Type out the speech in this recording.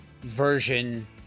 version